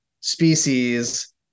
species